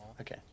Okay